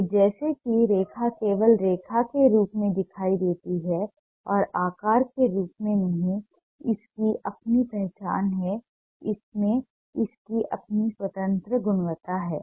तो जैसा कि रेखा केवल रेखा के रूप में दिखाई देती है और आकार के रूप में नहीं इसकी अपनी पहचान है इसमें इसकी अपनी स्वतंत्र गुणवत्ता है